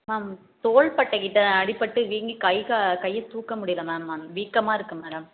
ma'am தோல்பட்டைக்கிட்ட அடிப்பட்டு வீங்கி கைக்கா கைய தூக்க முடியலை மேம் வீக்கமாக இருக்குது மேடம்